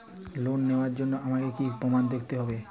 Loan নেওয়ার জন্য আমাকে কী কী প্রমাণ দেখতে হবে?